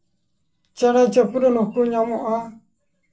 ᱪᱮᱬᱮ ᱪᱤᱯᱨᱩᱫ ᱦᱚᱸᱠᱚ ᱧᱟᱢᱚᱜᱼᱟ